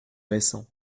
récent